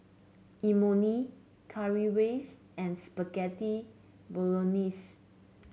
Imoni Currywurst and Spaghetti Bolognese